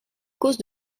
cause